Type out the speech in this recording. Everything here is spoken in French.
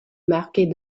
marquées